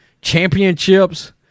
championships